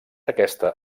aquesta